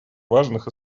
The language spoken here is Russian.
важных